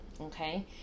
okay